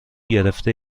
گرفته